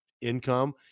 income